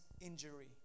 injury